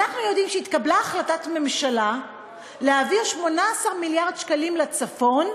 אנחנו יודעים שהתקבלה החלטת ממשלה להעביר 18 מיליארד שקלים לצפון,